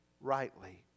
rightly